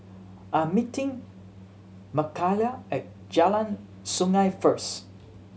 I'm meeting Mckayla at Jalan Sungei first